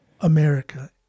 America